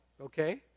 Okay